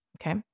Okay